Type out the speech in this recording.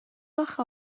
آخه